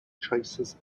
traces